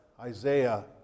Isaiah